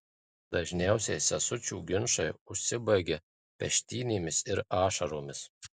dažniausiai sesučių ginčai užsibaigia peštynėmis ir ašaromis